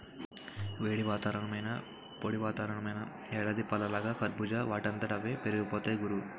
వేడి వాతావరణమైనా, పొడి వాతావరణమైనా ఎడారి పళ్ళలాగా కర్బూజా వాటంతట అవే పెరిగిపోతాయ్ గురూ